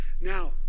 Now